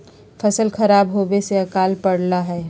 फसल खराब होवे से अकाल पडड़ा हई